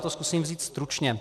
Já to zkusím vzít stručně.